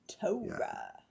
torah